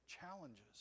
challenges